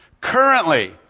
Currently